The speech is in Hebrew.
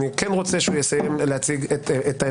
ואני כן רוצה שהיועץ המשפטי יסיים להציג את העמדה.